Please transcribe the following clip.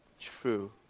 true